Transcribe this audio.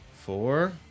Four